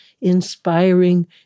inspiring